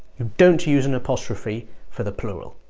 you don't use an apostrophe for the plural.